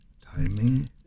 Timing